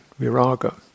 viraga